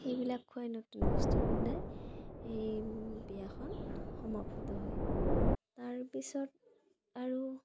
এইবিলাক খুৱাই নতুন বস্ত্ৰ পিন্ধাই এই বিয়াখন সমাপ্ত হয় তাৰপিছত আৰু